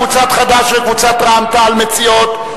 קבוצת סיעת חד"ש וקבוצת סיעת רע"ם-תע"ל לסעיף 2(2)